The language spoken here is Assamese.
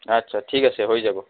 আচ্ছা ঠিক আছে হৈ যাব